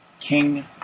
King